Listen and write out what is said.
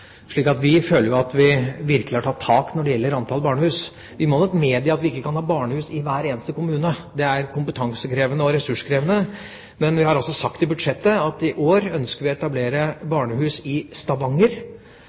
vi føler at vi virkelig har tatt tak når det gjelder antall barnehus. Vi må nok medgi at vi ikke kan ha barnehus i hver eneste kommune. Det er kompetansekrevende og ressurskrevende. Men vi har altså sagt i budsjettet at i år ønsker vi å etablere